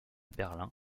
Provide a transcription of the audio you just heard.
berlin